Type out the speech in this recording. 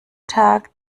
tag